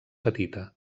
petita